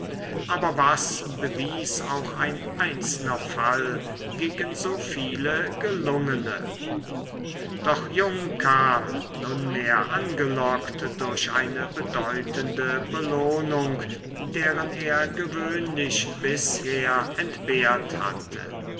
aber was bewies auch ein einzelner fall gegen so viele gelungene doch jung kam nunmehr angelockt durch eine bedeutende belohnung deren er gewöhnlich bisher entbehrt hatte